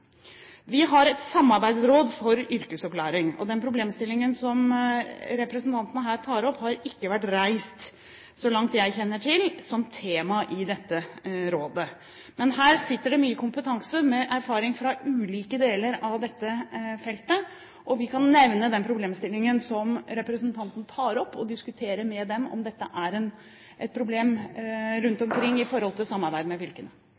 Vi har et samarbeidsråd for yrkesopplæring. Den problemstillingen som representanten her tar opp, har ikke, så langt jeg kjenner til, vært reist som tema i dette rådet. Men her sitter det mye kompetanse, med erfaring fra ulike deler av dette feltet. Jeg kan nevne den problemstillingen som representanten tar opp, og diskutere med dem om det er et problem rundt omkring når det gjelder samarbeid med fylkene.